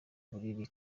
buriri